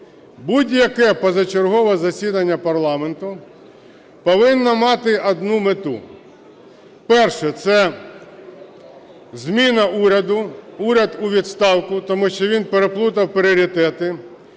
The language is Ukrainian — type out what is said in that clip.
будь-яке позачергове засідання парламенту повинно мати одну мету. Перше – це зміна уряду, уряд у відставку, тому що він переплутав пріоритети